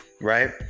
right